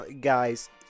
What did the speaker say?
guys